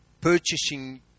purchasing